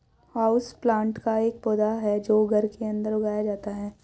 houseplant एक पौधा है जो घर के अंदर उगाया जाता है